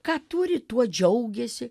ką turi tuo džiaugiasi